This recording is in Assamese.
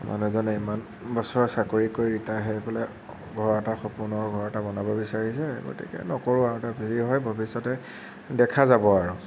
মানুহজনে ইমান বছৰ চাকৰি কৰি ৰিটায়াৰ হৈ পেলাই ঘৰ এটা সপোনৰ ঘৰ এটা বনাব বিছাৰিছে গতিকে নকৰোঁ আৰু তাৰ যি হয় ভবিষ্য়তে দেখা যাব আৰু